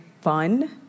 fun